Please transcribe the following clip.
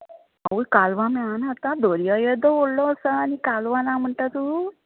आवय कालवां मेळना आतां दर्या येदो वडलो आसा आनी कालवां ना म्हणटा तूं